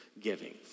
giving